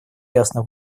ясно